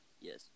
Yes